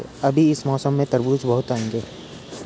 अभी इस मौसम में तरबूज बहुत आएंगे